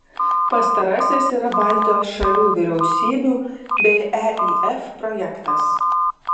pastarasis yra baltijos šalių vyriausybių bei eif projektas